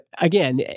again